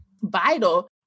vital